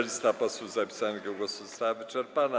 Lista posłów zapisanych do głosu została wyczerpana.